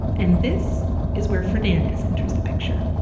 and this is where fernandez enters the picture.